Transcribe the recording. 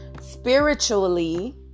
spiritually